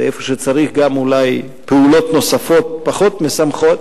ואיפה שצריך גם אולי פעולות נוספות פחות משמחות,